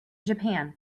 japan